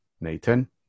Nathan